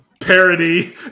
parody